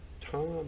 Tom